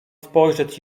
spojrzeć